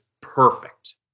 perfect